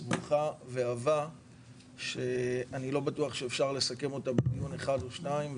סבוכה ועבה שאני לא בטוח שאפשר לסכם אותה בדיון אחד או שניים,